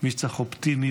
מי שצריך אופטימיות,